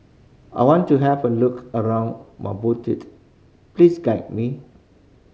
I want to have a look around Maputo please guide me